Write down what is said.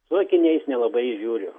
su akiniais nelabai įžiūriu